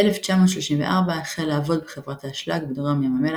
ב-1934 החל לעבוד בחברת האשלג בדרום ים המלח,